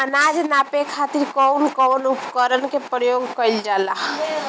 अनाज नापे खातीर कउन कउन उपकरण के प्रयोग कइल जाला?